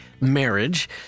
marriage